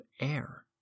air